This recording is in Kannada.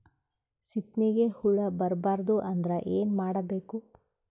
ಸೀತ್ನಿಗೆ ಹುಳ ಬರ್ಬಾರ್ದು ಅಂದ್ರ ಏನ್ ಮಾಡಬೇಕು?